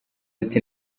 ati